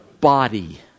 body